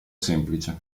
semplice